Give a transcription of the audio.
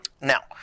Now